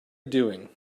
doing